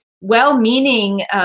well-meaning